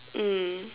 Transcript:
mm